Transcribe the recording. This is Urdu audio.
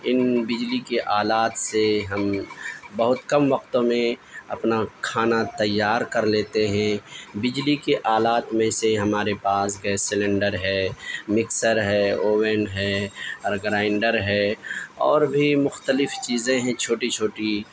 ان بجلی کے آلات سے ہم بہت کم وقت میں اپنا کھانا تیار کر لیتے ہیں بجلی کے آلات میں سے ہمارے پاس گیس سلینڈر ہے مکسر ہے اوون ہے اور گرائنڈر ہے اور بھی مختلف چیزیں ہیں چھوٹی چھوٹی